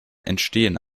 entstehen